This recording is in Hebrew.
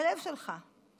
ללב שלך.